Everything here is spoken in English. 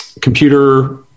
computer